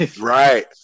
Right